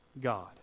God